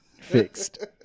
Fixed